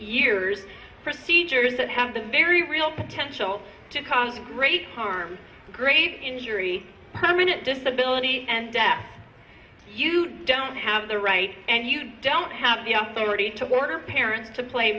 years procedures that have the very real potential to cause great harm great injury permanent disability and you don't have the right and you don't have the authority to order parents to play